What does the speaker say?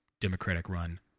Democratic-run